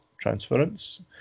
Transference